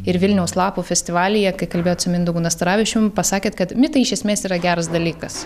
ir vilniaus lapų festivalyje kai kalbėjot su mindaugu nastaravičium pasakėt kad mitai iš esmės yra geras dalykas